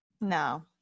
No